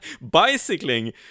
bicycling